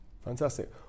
Fantastic